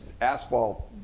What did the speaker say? asphalt